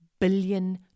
billion